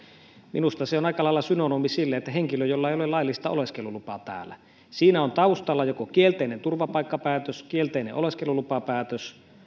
minusta se on aika lailla synonyymi henkilölle jolla ei ole laillista oleskelulupaa täällä siinä on taustalla joko kielteinen turvapaikkapäätös kielteinen oleskelulupapäätös